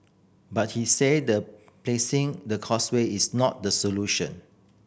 but he said that placing the Causeway is not the solution